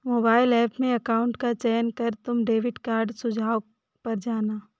mobile app में account का चयन कर तुम डेबिट कार्ड सुझाव पर जाना